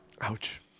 Ouch